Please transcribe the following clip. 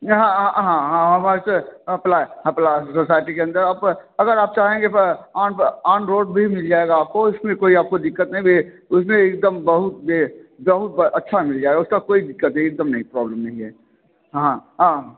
यहाँ apply apply society के अंदर अप अगर आप चाहेंगे ऑन ऑन रोड भी मिल जाएगा आपको इसमें कोई आपको दिक्कत नहीं यह उसमें एकदम बहुत यह बहुत अच्छा मिल जाएगा उसका कोई दिक्कत नहीं एक दम नहीं प्रॉबलम नहीं है हाँ हाँ